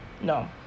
No